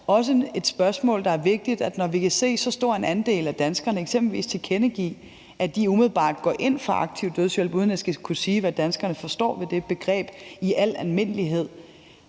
også er et spørgsmål, der er vigtigt, nemlig at vi eksempelvis kan se så stor en andel af danskerne tilkendegive, at de umiddelbart går ind for aktiv dødshjælp – uden at jeg skal kunne sige, hvad danskerne forstår ved det begreb i al almindelighed.